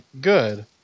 Good